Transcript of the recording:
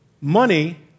Money